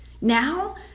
Now